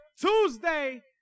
Tuesday